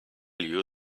you